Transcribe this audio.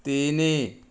ତିନି